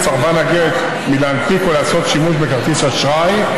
סרבן הגט מלהנפיק או לעשות שימוש בכרטיס אשראי,